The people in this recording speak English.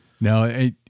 No